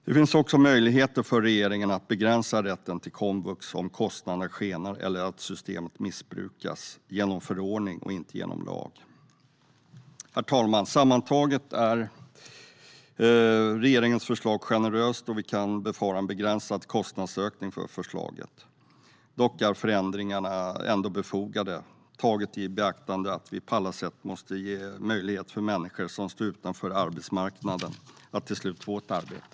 Det finns också möjligheter för regeringen att begränsa rätten till komvux om kostnaderna skenar eller om systemet missbrukas - detta genom förordning och inte genom lag. Herr talman! Sammantaget är regeringens förslag generöst, och vi kan befara en begränsad kostnadsökning för förslaget. Dock är förändringarna befogade, taget i beaktande att vi på alla sätt måste ge möjlighet för människor som står utanför arbetsmarknaden att till slut få ett arbete.